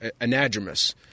anadromous